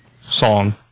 song